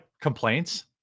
complaints